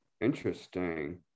Interesting